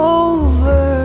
over